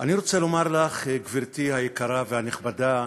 אני רוצה לומר לך, גברתי היקרה והנכבדה,